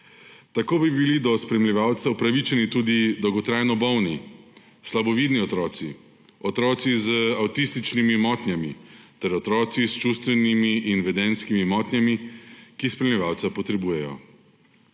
Tako bi bili do spremljevalca upravičeni tudi dolgotrajno bolni, slabovidni otroci, otroci z avtističnimi motnjami ter otroci s čustvenimi in vedenjskimi motnjami, ki spremljevalca potrebujejo.